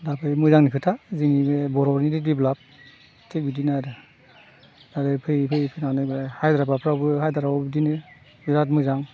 दा फै मोजांनि खोथा जोंनि बे बर'निबो देभलप थिग बिदिनो आरो आरो फैयै फैयै फैनानै बे हायद्राबादफोरावबो हायद्राबादावबो बिदिनो बिराद मोजां